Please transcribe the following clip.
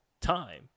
time